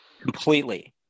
completely